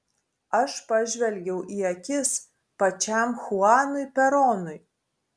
aš pažvelgiau į akis pačiam chuanui peronui